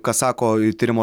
ką sako e tyrimo